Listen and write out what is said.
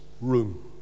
room